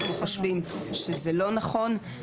אנחנו חושבים שזה לא נכון.